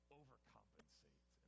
overcompensate